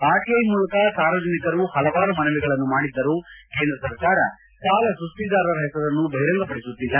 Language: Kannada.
ಆರ್ಟಐ ಮೂಲಕ ಸಾರ್ವಜನಿಕರು ಹಲವಾರು ಮನವಿಗಳನ್ನು ಮಾಡಿದ್ದರು ಕೇಂದ್ರ ಸರ್ಕಾರ ಸಾಲ ಸುಸ್ತಿದಾರರ ಹೆಸರನ್ನು ಬಹಿರಂಗಪಡಿಸುತ್ತಿಲ್ಲ